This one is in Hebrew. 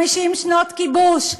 50 שנות כיבוש,